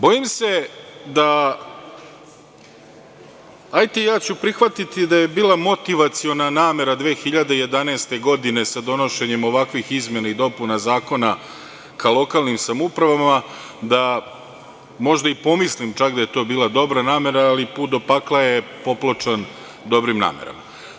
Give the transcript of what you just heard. Bojim se da, hajte, ja ću prihvatiti da je bila motivaciona namera 2011. godine sa donošenjem ovakvih izmena i dopuna zakona ka lokalnim samoupravama, da možda i pomislim čak da je to bila namera, ali put do pakla je popločan dobrim namerama.